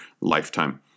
lifetime